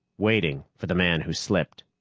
waiting for the man who slipped.